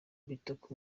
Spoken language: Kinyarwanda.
bitok